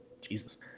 Jesus